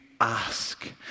ask